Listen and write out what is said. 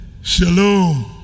Shalom